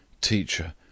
Teacher